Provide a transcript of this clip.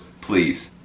please